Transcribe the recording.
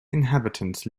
inhabitants